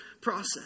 process